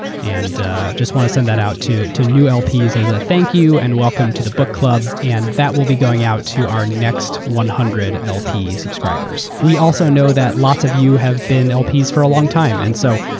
just want to send that out to to new lps as a thank you and welcome to the book club. and that will be going out to our next one hundred lp subscribers. we also know that lots of you have been lps for a long time. and so,